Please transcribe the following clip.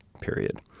period